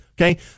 Okay